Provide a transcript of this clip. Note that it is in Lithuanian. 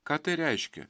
ką tai reiškia